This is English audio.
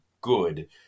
good